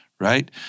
right